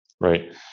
Right